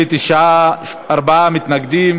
ההצעה להפוך את הצעת חוק מבקר המדינה (תיקון,